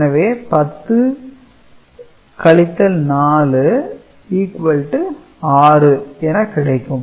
எனவே 10 - 4 6 என கிடைக்கும்